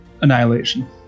annihilation